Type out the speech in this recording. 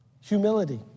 Humility